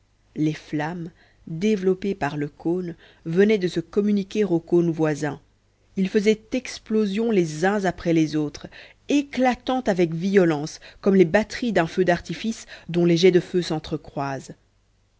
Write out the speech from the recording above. les flammes développées par le cône venaient de se communiquer aux cônes voisins ils faisaient explosion les uns après les autres éclatant avec violence comme les batteries d'un feu d'artifice dont les jets de feu sentre croisent